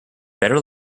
better